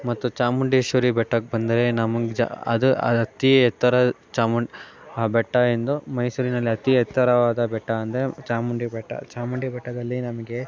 ಮತ್ತು ಚಾಮುಂಡೇಶ್ವರಿ ಬೆಟ್ಟಕ್ಕೆ ಬಂದರೆ ನಮ್ಗೆ ಜಾ ಅದು ಅತೀ ಎತ್ತರದ ಚಾಮುಂಡಿಡ್ ಆ ಬೆಟ್ಟ ಎಂದು ಮೈಸೂರಿನಲ್ಲಿ ಅತೀ ಎತ್ತರವಾದ ಬೆಟ್ಟ ಅಂದರೆ ಚಾಮುಂಡಿ ಬೆಟ್ಟ ಚಾಮುಂಡಿ ಬೆಟ್ಟದಲ್ಲಿ ನಮಗೆ